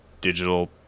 digital